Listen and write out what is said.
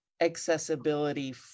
accessibility